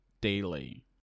Daily